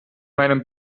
meinem